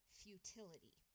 futility